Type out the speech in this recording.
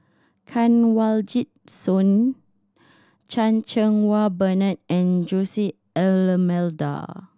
Kanwaljit Soin Chan Cheng Wah Bernard and Jose D'Almeida